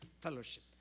fellowship